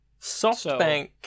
Softbank